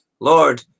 Lord